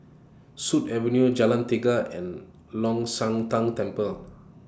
Sut Avenue Jalan Tiga and Long Shan Tang Temple